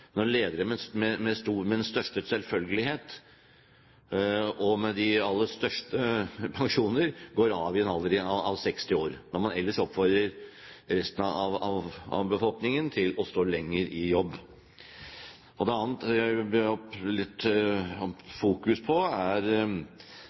når ledere med den største selvfølgelighet og med de aller største pensjoner går av i en alder av 60 år, når man ellers oppfordrer resten av befolkningen til å stå lenger i jobb. Noe annet som jeg vil ha litt